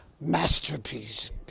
masterpiece